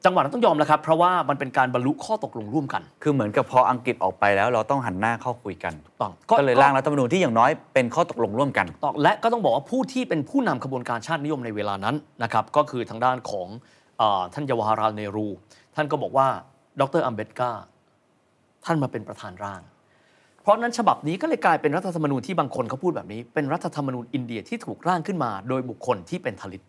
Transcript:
จังหวะนั้นต้องยอมแล้วครับ เพราะว่ามันเป็นการบรรลุข้อตกลงร่วมกันคือเหมือนกับพออังกฤษออกไปแล้ว เราต้องหันหน้าเข้าคุยกันถูกต้องก็-ก็เลยร่างรัฐธรรมนูญที่อย่างน้อยเป็นข้อตกลงร่วมกันถูกต้อง และก็ต้องบอกว่าผู้ที่เป็นผู้นำขบวนการชาตินิยมในเวลานั้นนะครับก็คือทางด้านของ เอ่อ ท่านเยาวาราเนรู ท่านก็บอกว่า ดร. อัมเบดกาท่านมาเป็นประธานร่าง เพราะฉะนั้นฉบับนี้ก็เลยกลายเป็นรัฐธรรมนูญที่บางคนเขาพูดแบบนี้ เป็นรัฐธรรมนูญอินเดียที่ถูกร่างขึ้นมาโดยบุคคลที่เป็นทลิต